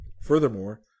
Furthermore